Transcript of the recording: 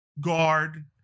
guard